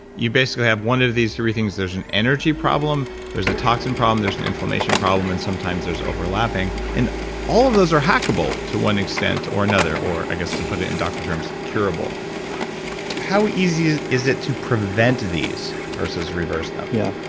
you basically have one of these three things. there's an energy problem, there's a toxin problem, there's an inflammation problem, and sometimes there's overlapping. and all of those hackable to one extent or another. or, to put it and doctor terms, curable how easy is it to prevent these versus reverse them? yeah.